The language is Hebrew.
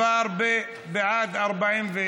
בעד, 41,